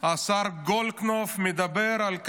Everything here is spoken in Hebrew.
השר גולדקנופ אומר: